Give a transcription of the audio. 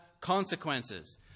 consequences